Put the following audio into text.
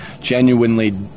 genuinely